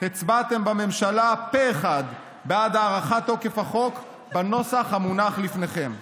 הצבעתם בממשלה פה אחד בעד הארכת תוקף החוק בנוסח המונח בפניכם.